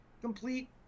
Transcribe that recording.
complete